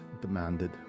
demanded